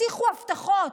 הבטיחו הבטחות,